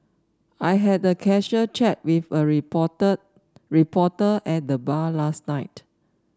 I had a casual chat with a reporter reporter at the bar last night